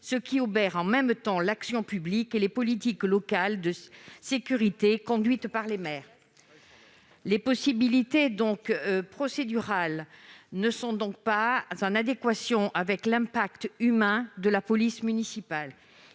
ce qui obère en même temps l'action publique et les politiques locales de sécurité conduites par les maires. Les possibilités procédurales n'étant pas en adéquation avec l'impact humain de la police municipale,